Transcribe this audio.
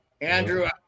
Andrew